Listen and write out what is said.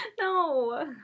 No